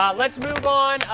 um let's move on.